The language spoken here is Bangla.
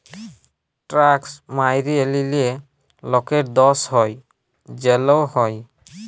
ট্যাক্স ম্যাইরে লিলে লকের দস হ্যয় জ্যাল হ্যয়